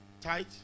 tight